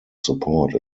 support